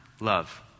love